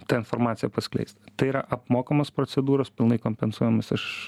tą informaciją paskleist tai yra apmokamos procedūros pilnai kompensuojamos iš